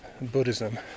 Buddhism